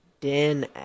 dan